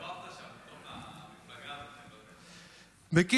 התערבבת שם בתוך המפלגה הזו, בקיצור,